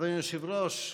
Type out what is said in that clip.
אדוני היושב-ראש.